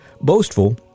boastful